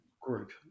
group